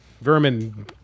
Vermin